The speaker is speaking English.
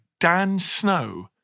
DANSNOW